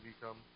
become